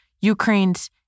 Ukraine's